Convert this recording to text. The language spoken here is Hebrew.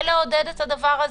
לעודד את הדבר הזה.